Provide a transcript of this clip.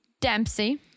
Dempsey